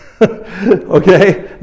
Okay